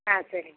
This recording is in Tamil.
ஆ சரி